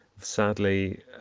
Sadly